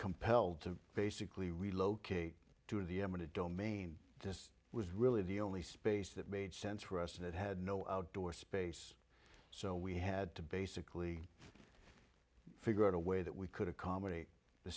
compelled to basically relocate to the eminent domain this was really the only space that made sense for us and it had no outdoor space so we had to basically figure out a way that we could accommodate the